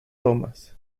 tomas